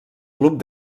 club